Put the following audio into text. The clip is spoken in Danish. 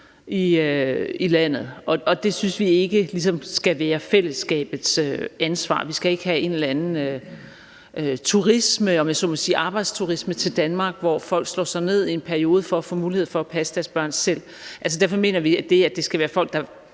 af det her. Det synes vi ikke skal være fællesskabets ansvar. Vi skal ikke have en eller anden form for arbejdsturisme til Danmark, hvor folk slår sig ned i en periode for at få mulighed for at passe deres børn selv. Vi mener, at det skal være folk, der